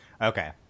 Okay